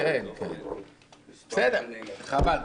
חבל...